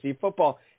football